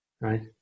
right